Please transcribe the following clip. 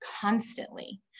constantly